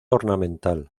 ornamental